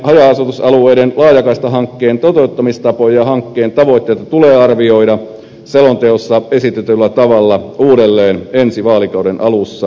haja asutusalueiden laajakaistahankkeen toteuttamistapoja ja hankkeen tavoitteita tulee arvioida selonteossa esitetyllä tavalla uudelleen ensi vaalikauden alussa